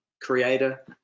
creator